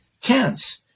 tense